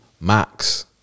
Max